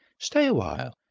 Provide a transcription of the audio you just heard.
stay awhile.